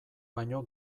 baino